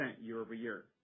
year-over-year